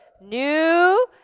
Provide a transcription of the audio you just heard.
New